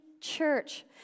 church